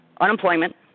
unemployment